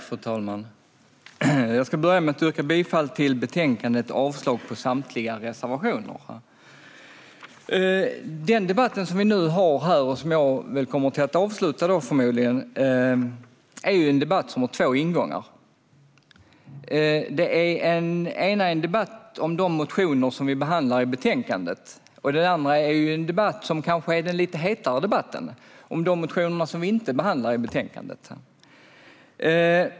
Fru talman! Jag vill börja med att yrka bifall till förslaget i betänkandet och avslag på samtliga reservationer. Denna debatt, som jag alltså kommer att avsluta, har två ingångar. Den ena är en debatt om de motioner som vi behandlar i betänkandet. Och den andra är en debatt som kanske är lite hetare, om de motioner som vi inte behandlar i betänkandet.